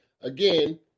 Again